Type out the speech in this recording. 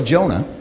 Jonah